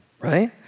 Right